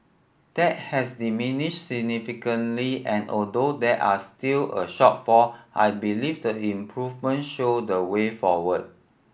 that has diminished significantly and although there are still a shortfall I believe the improvement show the way forward